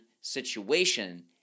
situation